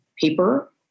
paper